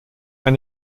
ein